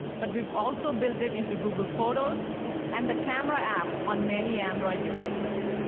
but we've also built it into google photos and the camera app on many android devices.